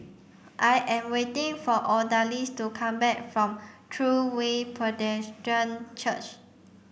I am waiting for Odalis to come back from True Way Presbyterian Church